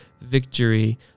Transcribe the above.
victory